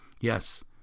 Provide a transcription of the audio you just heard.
Yes